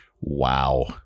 wow